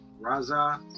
Raza